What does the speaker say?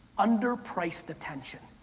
under priced attention.